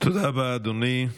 תודה רבה, אדוני.